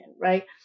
right